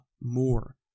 more